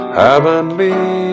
heavenly